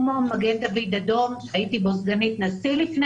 כמו מגן דוד אדום הייתי בו סגנית נשיא לפני